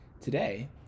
Today